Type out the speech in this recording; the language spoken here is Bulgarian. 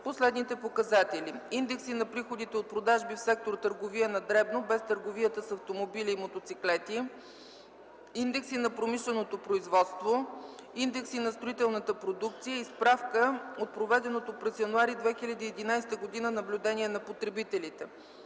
по следните показатели: индекси на приходите от продажби в сектор „Търговия на дребно”, без търговията с автомобили и мотоциклети; индекси на промишленото производство; индекси на строителната продукция и справка от проведеното през м. януари 2011 г. наблюдение на потребителите.